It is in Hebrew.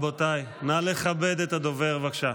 רבותיי, רבותיי, נא לכבד את הדובר, בבקשה.